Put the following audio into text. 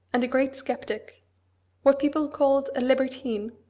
and a great sceptic what people called a libertine.